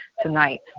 tonight